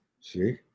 see